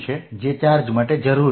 જે ચાર્જ માટે જરૂરી છે